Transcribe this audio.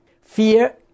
Fear